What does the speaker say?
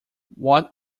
what